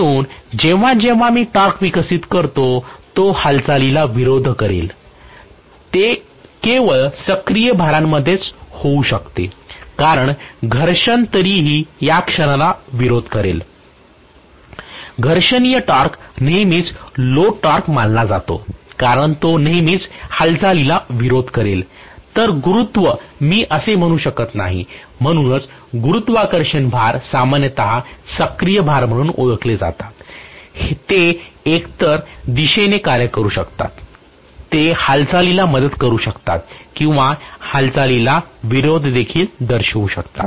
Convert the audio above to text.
म्हणून जेव्हा जेव्हा मी टॉर्क विकसित करतो जो हालचालीला विरोध करेल ते केवळ सक्रिय भारांमध्येच होऊ शकते कारण घर्षण तरीही या क्षणाला विरोध करेल घर्षणीय टॉर्क नेहमीच लोड टॉर्क मानला जातो कारण तो नेहमीच हालचालीला विरोध करेल तर गुरुत्व मी असे म्हणू शकत नाही म्हणूनच गुरुत्वाकर्षण भार सामान्यतः सक्रिय भार म्हणून ओळखले जातात ते एकतर दिशेने कार्य करू शकतात ते हालचालीला मदत करू शकतात किंवा हालचालीला विरोध दर्शवू शकतात